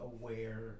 aware